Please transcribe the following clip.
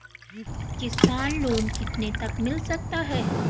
किसान लोंन कितने तक मिल सकता है?